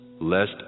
lest